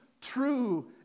true